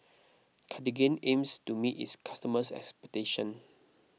Cartigain aims to meet its customers' expectations